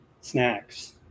snacks